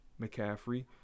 McCaffrey